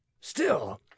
Still